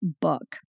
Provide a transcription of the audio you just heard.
book